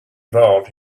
evolved